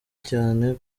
cyane